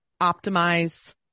optimize